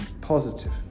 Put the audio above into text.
positive